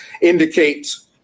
indicates